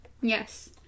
Yes